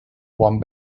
quan